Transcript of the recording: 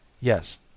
Yes